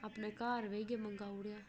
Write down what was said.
अपने घर बेहियै मंगी ओड़ेा